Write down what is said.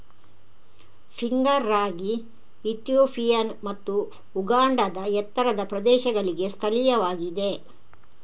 finger ರಾಗಿ Ethiopian ಮತ್ತು ಉಗಾಂಡಾದ ಎತ್ತರದ ಪ್ರದೇಶಗಳಿಗೆ ಸ್ಥಳೀಯವಾಗಿದೆ